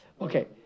okay